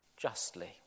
Justly